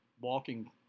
walking